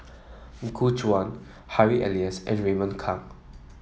Gu Juan Harry Elias and Raymond Kang